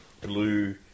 blue